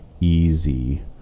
easy